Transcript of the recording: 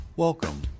Welcome